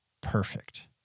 perfect